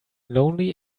lonely